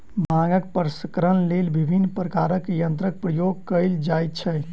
भांगक प्रसंस्करणक लेल विभिन्न प्रकारक यंत्रक प्रयोग कयल जाइत छै